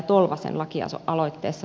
arvoisa puhemies